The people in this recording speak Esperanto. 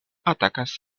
atakas